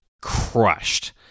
crushed